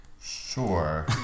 Sure